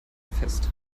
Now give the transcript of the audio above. fest